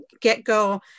get-go